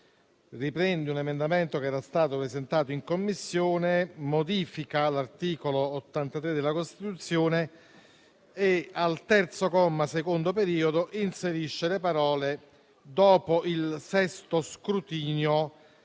riprende un emendamento che era stato presentato in Commissione («Modifica all'articolo 83 della Costituzione») e al terzo comma, secondo periodo, inserisce le parole «Dopo il sesto scrutinio»,